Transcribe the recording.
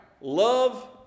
Love